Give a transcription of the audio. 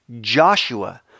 Joshua